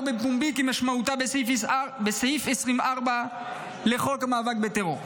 בפומבי כמשמעותה בסעיף 24 לחוק המאבק בטרור.